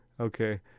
Okay